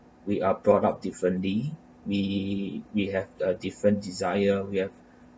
we are brought up differently we we have a different desire we have